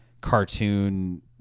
cartoon